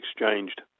exchanged